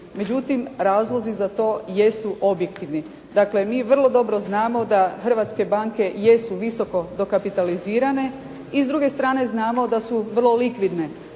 Međutim, razlozi za to jesu objektivni, dakle mi vrlo dobro znamo da hrvatske banke jesu visoko dokapitalizirane i s druge strane znamo da su vrlo likvidne,